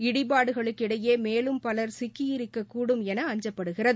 இடிபாடுகளுக்கிடையே மேலும் பலர் சிக்கியிருக்கக்கூடும் என அஞ்சப்படுகிறது